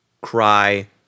cry